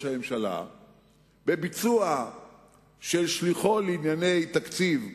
הממשלה בביצוע של שליחו לענייני תקציב,